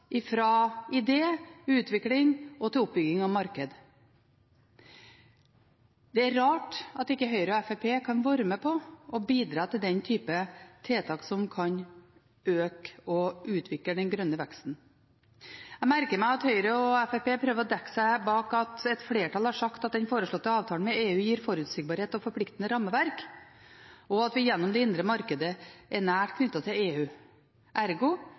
utvikling til oppbygging av marked. Det er rart at ikke Høyre og Fremskrittspartiet kan være med på å bidra til den type tiltak som kan øke og utvikle den grønne veksten. Jeg merker meg at Høyre og Fremskrittspartiet prøver å dekke seg bak at et flertall har sagt at den foreslåtte avtalen med EU gir forutsigbarhet og forpliktende rammeverk, og at vi gjennom det indre markedet er nær knyttet til EU. Ergo